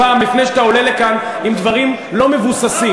פעם לפני שאתה עולה לכאן עם דברים לא מבוססים.